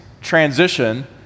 transition